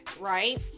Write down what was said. right